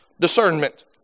discernment